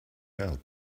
help